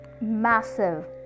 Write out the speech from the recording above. massive